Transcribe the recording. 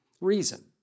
reason